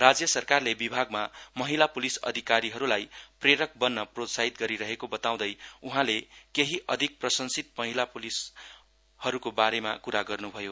राज्य सरकारले विभागमा महिला प्लिस अधिकारीहरूलाई प्ररेक बन्न प्रोत्साहित गरिरहेको बताउँदै उहाँले केहि अधिक प्रशंसित महिला प्लिसहरूको बारेमा क्रा गर्नभयो